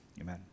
amen